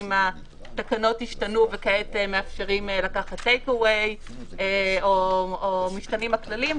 אם התקנות השתנו וכעת מאפשרים לקחת טייק אוויי או משתנים הכללים,